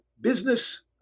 business